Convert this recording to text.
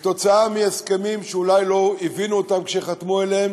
ובשל הסכמים שאולי לא הבינו אותם כשחתמו עליהם,